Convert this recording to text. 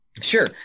Sure